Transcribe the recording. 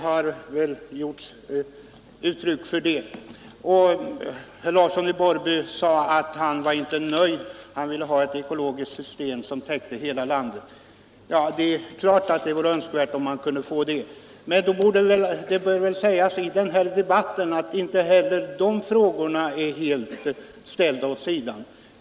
Herr Larsson i Borrby vill ha ett ekologiskt system som täcker hela landet, och det är klart att det vore önskvärt att få ett sådant.